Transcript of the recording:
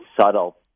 subtle